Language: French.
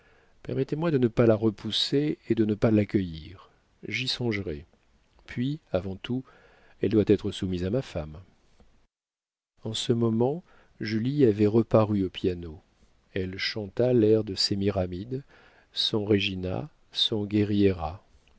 permettez-moi de ne pas la repousser et de ne pas l'accueillir j'y songerai puis avant tout elle doit être soumise à ma femme en ce moment julie avait reparu au piano elle chanta l'air de sémiramide son regina son guerriera